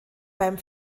beim